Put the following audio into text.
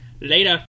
Later